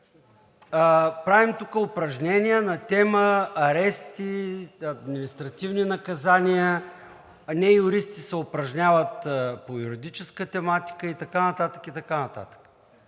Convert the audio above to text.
Правим тук упражнения на тема – арести, административни наказания, не-юристи се упражняват по юридическа тематика и така нататък,